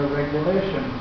regulation